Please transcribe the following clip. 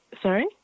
Sorry